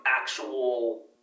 actual